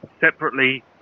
separately